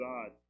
God